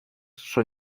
son